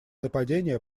нападение